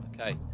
Okay